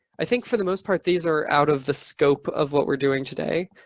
i think for the most part, these are out of the scope of what we're doing today,